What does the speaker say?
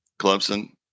Clemson